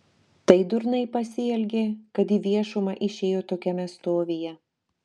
tai durnai pasielgė kad į viešumą išėjo tokiame stovyje